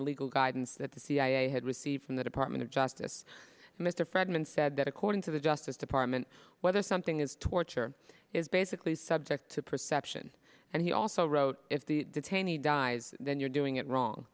the legal guidance that the cia had received from the department of justice mr fragments said that according to the justice department whether something is torture is basically subject to perception and he also wrote if the detainees dies then you're doing it wrong